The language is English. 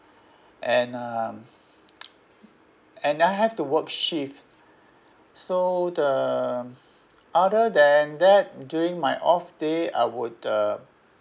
and um and I have to work shift so the other than that during my off day I would uh